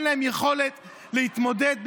אין להם יכולת להתמודד,